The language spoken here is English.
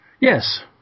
Yes